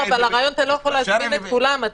אבל אתה לא יכול להזמין את כולם לראיון.